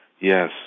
Yes